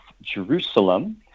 Jerusalem